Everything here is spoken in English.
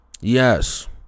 Yes